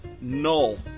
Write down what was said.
null